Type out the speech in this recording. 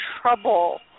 trouble